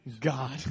God